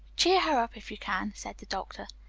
cheer her up, if you can, said the doctor.